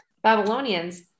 Babylonians